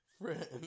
Friend